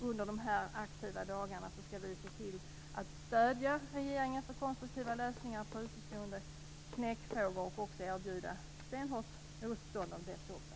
Under dessa aktiva dagar skall vi se till att stödja regeringen, komma med konstruktiva lösningar på utestående knäckfrågor och också erbjuda stenhårt motstånd om så behövs.